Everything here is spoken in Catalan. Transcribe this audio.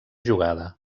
jugada